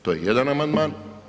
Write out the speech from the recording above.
To je jedan amandman.